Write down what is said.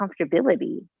comfortability